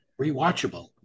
rewatchable